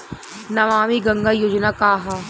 नमामि गंगा योजना का ह?